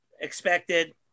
Expected